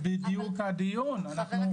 היא תסיים.